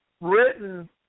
written